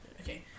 Okay